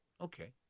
Okay